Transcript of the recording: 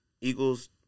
Eagles –